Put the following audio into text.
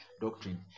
doctrine